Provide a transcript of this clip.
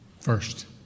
first